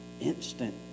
Instant